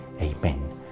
amen